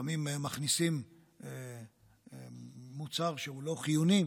לפעמים מכניסים מוצר שהוא לא חיוני,